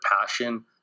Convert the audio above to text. passion